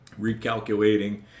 recalculating